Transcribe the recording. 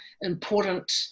important